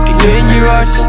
dangerous